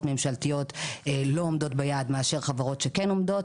ממשלתיות לא עומדות ביעד מאשר חברות שכן עומדות,